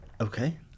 Okay